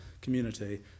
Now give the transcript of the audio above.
community